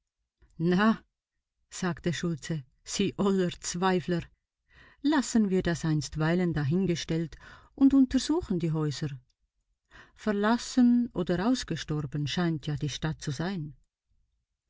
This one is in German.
na sagte schultze sie oller zweifler lassen wir das einstweilen dahingestellt und untersuchen wir die häuser verlassen oder ausgestorben scheint ja die stadt zu sein